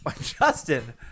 Justin